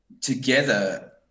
together